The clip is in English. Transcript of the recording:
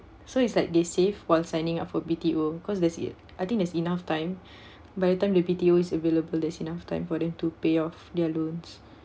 so it's like they save while signing up for B_T_O because this ye~ I think there's enough time by the time the B_T_O is available there's enough time for them to pay off their loans